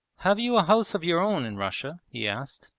have you a house of your own in russia he asked.